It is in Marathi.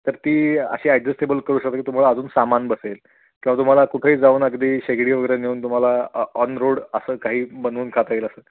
तर ती अशी ॲडजस्टेबल करू शकता की तुम्हाला अजून सामान बसेल किंवा तुम्हाला कुठेही जाऊन अगदी शेगडी वगैरे नेऊन तुम्हाला ऑन रोड असं काही बनवून खाता येईल असं